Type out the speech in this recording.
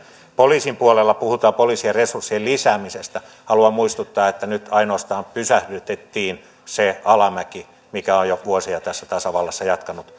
poliisin puolella puhutaan poliisin resurssien lisäämisestä haluan muistuttaa että nyt ainoastaan pysäytettiin se alamäki mikä on jo vuosia tässä tasavallassa